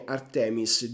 Artemis